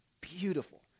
beautiful